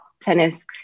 tennis